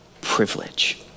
privilege